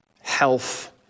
health